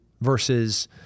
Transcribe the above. versus